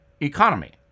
economy